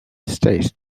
stays